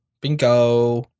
Bingo